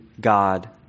God